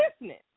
listening